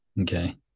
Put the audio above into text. okay